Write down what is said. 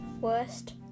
Worst